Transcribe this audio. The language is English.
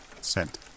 Sent